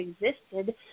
existed